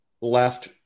left